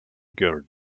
girl